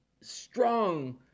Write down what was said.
strong